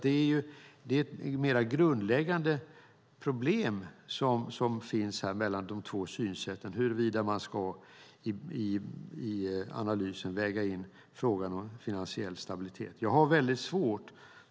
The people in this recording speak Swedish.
Det är ett mer grundläggande problem som finns mellan de två synsätten, huruvida man i analysen ska väga in frågan om finansiell stabilitet.